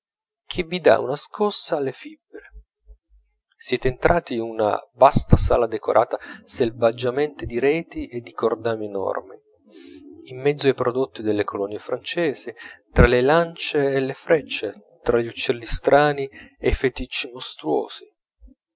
che vi dà una scossa alle fibre siete entrati in una vasta sala decorata selvaggiamente di reti e di cordami enormi in mezzo ai prodotti delle colonie francesi tra le lancie e le freccie tra gli uccelli strani e